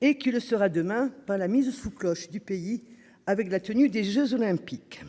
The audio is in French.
et qui le sera demain, par la mise sous cloche du pays avec la tenue des Jeux olympiques,